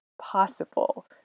possible